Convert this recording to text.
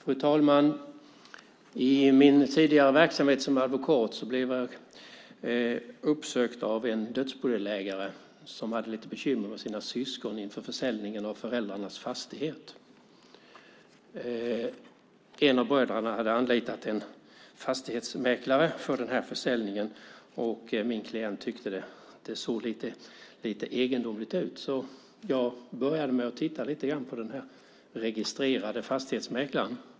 Fru talman! I min tidigare verksamhet som advokat blev jag uppsökt av en dödsbodelägare som hade lite bekymmer med sina syskon inför försäljningen av föräldrarnas fastighet. En av bröderna hade anlitat en fastighetsmäklare för försäljningen, och min klient tyckte att det såg lite egendomligt ut. Jag började med att titta lite grann på den registrerade fastighetsmäklaren.